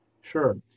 Sure